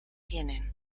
tienen